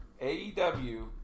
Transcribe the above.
AEW